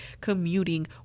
commuting